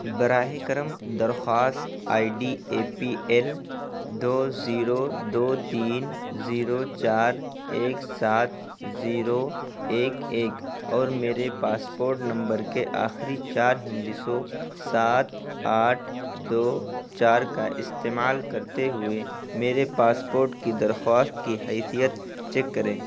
براہِ کرم درخواست I D A P L دو زیرو دو تین زیرو چار ایک سات زیرو ایک ایک اور میرے پاسپورٹ نمبر کے آخری چار ہندسوں سات آٹھ دو چار کا استعمال کرتے ہوئے میرے پاسپورٹ کی درخواست کی حیثیت چیک کریں